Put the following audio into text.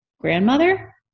grandmother